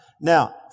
Now